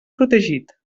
protegit